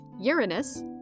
uranus